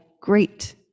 great